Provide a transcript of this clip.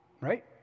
right